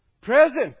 Present